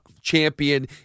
champion